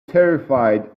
terrified